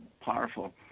powerful